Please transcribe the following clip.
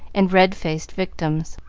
and red-faced victims.